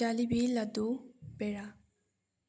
ꯖꯤꯜꯂꯤꯕꯤ ꯂꯗꯗꯨ ꯕꯦꯔꯥ